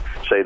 say